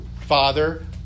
Father